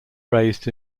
raised